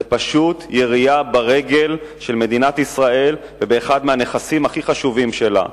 זו פשוט ירייה ברגל של מדינת ישראל ובאחד הנכסים הכי חשובים שלה,